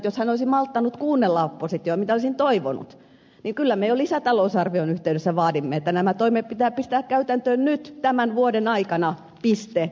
jos hän olisi malttanut kuunnella oppositiota mitä olisin toivonut niin kyllä me jo lisätalousarvion yhteydessä vaadimme että nämä toimet pitää pistää käytäntöön nyt tämän vuoden aikana piste